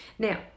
Now